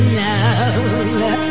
love